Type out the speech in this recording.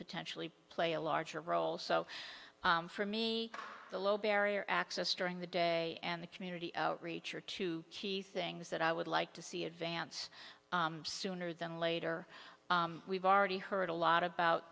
potentially play a larger role so for me the low barrier access during the day and the community outreach are two key things that i would like to see advance sooner than later we've already heard a lot